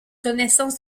connaissance